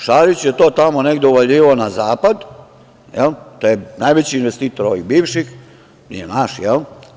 Šarić je to tamo negde uvaljivao na zapad, to je najveći investitor ovih bivših, nije naš, jel?